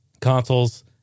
Consoles